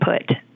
input